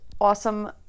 awesome